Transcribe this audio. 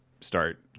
Start